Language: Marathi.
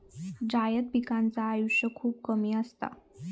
जायद पिकांचा आयुष्य खूप कमी असता